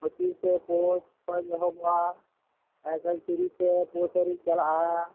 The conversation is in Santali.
ᱯᱚᱪᱤᱥᱮ ᱯᱳᱥ ᱠᱷᱚᱡ ᱮᱦᱚᱵᱚᱜᱼᱟ ᱮᱠᱟᱞ ᱛᱤᱨᱤᱥᱮ ᱯᱳᱥ ᱦᱟᱨᱤᱡ ᱪᱟᱞᱟᱜᱼᱟ